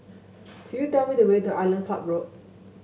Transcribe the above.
could you tell me the way to Island Club Road